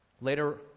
later